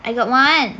I got one